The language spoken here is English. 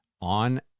on